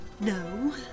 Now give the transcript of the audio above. No